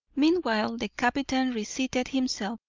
meanwhile the captain reseated himself,